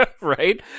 Right